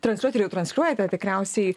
transliuoti ir jau transliuojate tikriausiai